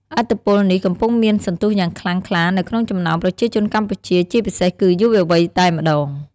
ឥទ្ធិពលនេះកំពុងមានសន្ទុះយ៉ាងខ្លាំងខ្លានៅក្នុងចំណោមប្រជាជនកម្ពុជា ជាពិសេសគឺយុវវ័យតែម្ដង។